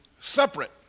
separate